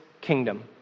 kingdom